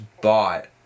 bought